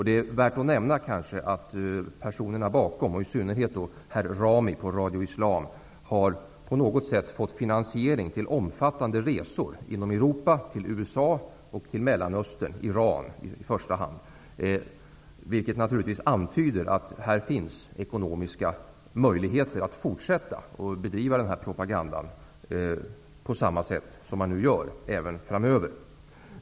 Det är kanske värt att nämna att personerna bakom propagandan, i synnerhet herr Rami på Radio Islam, på något sätt har fått finansiering till omfattande resor inom Europa, till USA och till Mellanöstern, i första hand Iran. Det antyder naturligtvis att man har ekonomiska möjligheter att fortsätta att bedriva den här propagandan på samma sätt framöver.